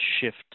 shift